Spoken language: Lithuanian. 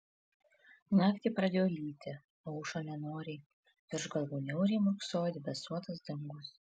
naktį pradėjo lyti aušo nenoriai virš galvų niauriai murksojo debesuotas dangus